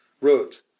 Wrote